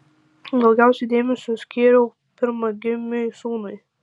daugiausiai dėmesio skyriau pirmagimiui sūnui